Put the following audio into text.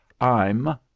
I'm